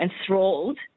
enthralled